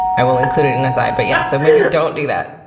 i will include it in aside. but yeah. so maybe don't do that.